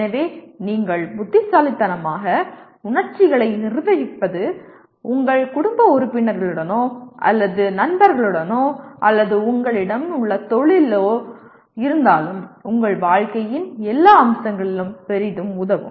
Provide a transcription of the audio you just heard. எனவே நீங்கள் புத்திசாலித்தனமாக உணர்ச்சிகளை நிர்வகிப்பது உங்கள் குடும்ப உறுப்பினர்களுடனோ அல்லது நண்பர்களுடனோ அல்லது உங்களிடம் உள்ள தொழிலிலோ இருந்தாலும் உங்கள் வாழ்க்கையின் எல்லா அம்சங்களிலும் பெரிதும் உதவும்